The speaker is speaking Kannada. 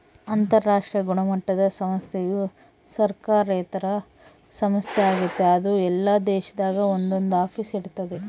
ಅಂತರಾಷ್ಟ್ರೀಯ ಗುಣಮಟ್ಟುದ ಸಂಸ್ಥೆಯು ಸರ್ಕಾರೇತರ ಸಂಸ್ಥೆ ಆಗೆತೆ ಅದು ಎಲ್ಲಾ ದೇಶದಾಗ ಒಂದೊಂದು ಆಫೀಸ್ ಇರ್ತತೆ